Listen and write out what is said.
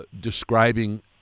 describing